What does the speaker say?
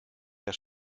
der